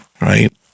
right